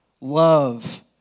love